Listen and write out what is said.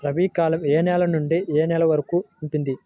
రబీ కాలం ఏ నెల నుండి ఏ నెల వరకు ఉంటుంది?